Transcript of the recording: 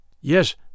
Yes